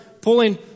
pulling